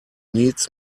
needs